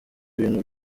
ibintu